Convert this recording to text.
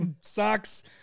sucks